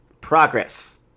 Progress